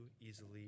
easily